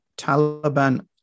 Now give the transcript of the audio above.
Taliban